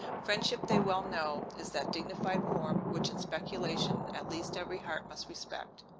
friendship, they well know, is that dignified form, which, in speculation at least every heart must respect.